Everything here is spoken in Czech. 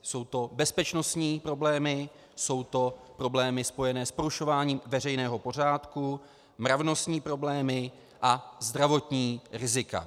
Jsou to bezpečnostní problémy, jsou to problémy spojené s porušováním veřejného pořádku, mravnostní problémy a zdravotní rizika.